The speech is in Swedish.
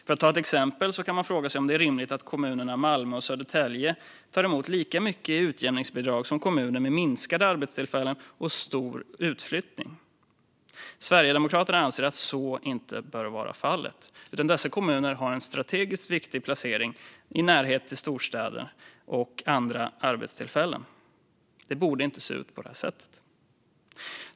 För att ta ett exempel kan man fråga sig om det är rimligt att kommunerna Malmö och Södertälje tar emot lika mycket i utjämningsbidrag som kommuner med minskade arbetstillfällen och stor utflyttning. Sverigedemokraterna anser att så inte är fallet, då dessa kommuner har en strategiskt viktig placering i närhet till storstäder och arbetstillfällen. Det borde inte se ut på det sättet.